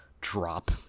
drop